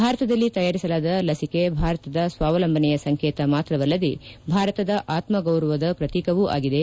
ಭಾರತದಲ್ಲಿ ತಯಾರಿಸಲಾದ ಲಸಿಕೆ ಭಾರತದ ಸ್ವಾವಲಂಬನೆ ಸಂಕೇತ ಮಾತ್ರವಲ್ಲದೇ ಭಾರತದ ಆತ್ಮಗೌರವದ ಪ್ರತೀಕವು ಆಗಿದೆ